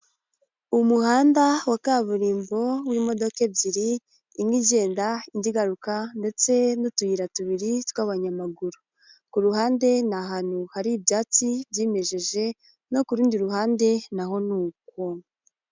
Umuhanda wa kaburimbo w'imodoka ebyiri, imwe igenda indigaruka ndetse n'utuyira tubiri tw'abanyamaguru, ku ruhande ni ahantu hari ibyatsi byimejeje, no ku rundi ruhande naho ni uko